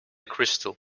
crystal